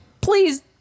please